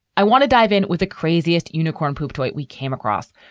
i want to dive in with the craziest unicorn poop tweet we came across,